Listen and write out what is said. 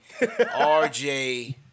RJ